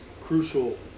crucial